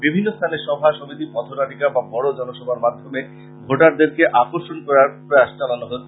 বিভিন্ন স্থানে সভা সমিতি পথনাটিকা বা বড় জনসভার মাধ্যমে ভোটারদেরকে আকর্ষন করার প্রয়াস চালানো হচ্ছে